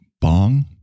Bong